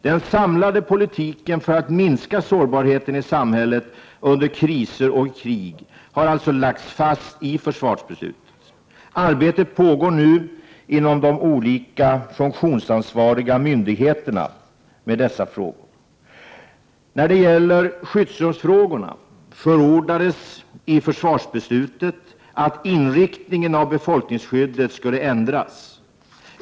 Den samlade politiken för att minska sårbarheten i samhället under kriser och i krig har alltså lagts fast i försvarsbeslutet. Arbete pågår nu inom de olika funktionsansvariga myndigheterna med dessa frågor. När det gäller skyddsrumsfrågorna förordades i försvarsbeslutet att inriktningen av befolkningsskyddet skulle ändras.